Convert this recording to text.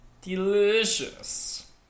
Delicious